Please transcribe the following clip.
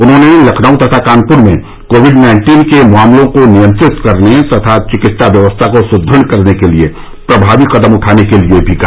उन्होंने लखनऊ तथा कानपुर में कोविड नाइन्टीन के मामलों को नियंत्रित करने तथा चिकित्सा व्यवस्था को सुदृढ़ करने के लिये प्रभावी कदम उठाने के लिये भी कहा